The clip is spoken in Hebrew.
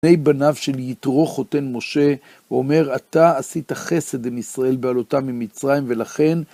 בני בניו של יתרו חותן משה, הוא אומר אתה עשית חסד עם ישראל בהעלותם ממצרים ולכן